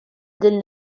din